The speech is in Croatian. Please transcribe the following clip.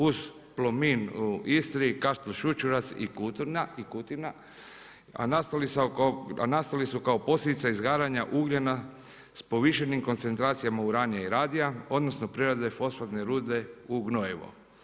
Uz Plomin u Istri, Kaštel Sučurac i Kutina, a nastali su kao posljedica izgaranja ugljena s povišenim koncentracijama uranija i radija, odnosno prerade fosforne rude gnojivo.